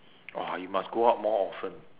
!wah! you must go out more often